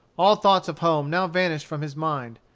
all thoughts of home now vanished from his mind.